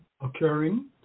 occurring